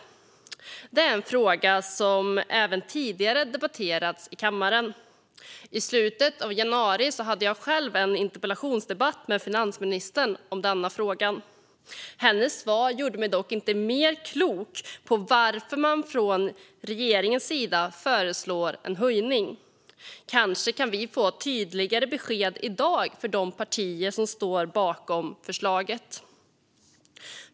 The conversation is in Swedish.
Detta är en fråga som har debatterats i kammaren även tidigare. I slutet av januari hade jag själv en interpellationsdebatt med finansministern om frågan, men hennes svar gjorde mig inte mer klok på varför man från regeringens sida föreslår en höjning. Kanske kan vi i dag få tydligare besked från de partier som står bakom förslaget.